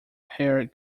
hair